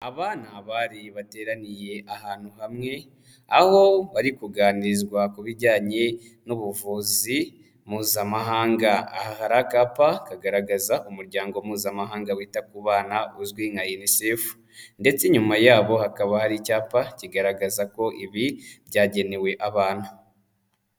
Aba ni abari bateraniye ahantu hamwe, aho bari kuganirizwa ku bijyanye n'ubuvuzi Mpuzamahanga, aha hari akapa kagaragaza umuryango Mpuzamahanga wita ku bana uzwi nka UNICEF ndetse inyuma yabo hakaba hari icyapa kigaragaza ko ibi byagenewe abana.